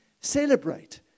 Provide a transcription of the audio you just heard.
Celebrate